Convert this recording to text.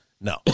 No